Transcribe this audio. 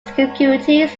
securities